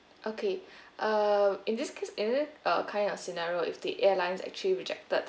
okay err in this case in this uh kind of scenario if the airlines actually rejected